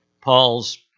Paul's